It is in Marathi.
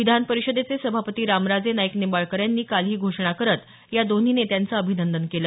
विधान परिषदेचे सभापती रामराजे नाईक निंबाळकर यांनी काल ही घोषणा करत या दोन्ही नेत्यांचं अभिनंदन केलं